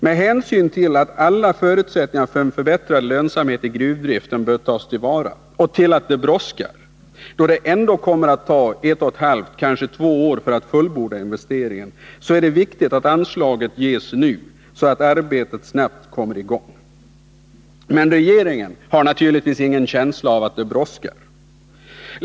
Med hänsyn till att alla förutsättningar för en förbättrad lönsamhet i gruvdriften bör tas till vara och med tanke på att det brådskar, då det ändock kommer att ta ett och ett halv till två år för att fullborda investeringen, är det viktigt att anslaget ges nu, så att arbetena snabbt kommer i gång. Regeringen har naturligtvis ingen känsla av att det brådskar.